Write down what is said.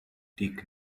dick